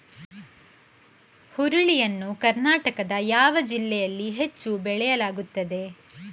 ಹುರುಳಿ ಯನ್ನು ಕರ್ನಾಟಕದ ಯಾವ ಜಿಲ್ಲೆಯಲ್ಲಿ ಹೆಚ್ಚು ಬೆಳೆಯಲಾಗುತ್ತದೆ?